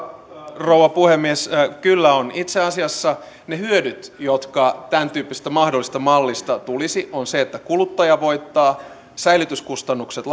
rouva puhemies kyllä on itse asiassa ne hyödyt jotka tämäntyyppisestä mahdollisesta mallista tulisivat ovat siinä että kuluttaja voittaa säilytyskustannukset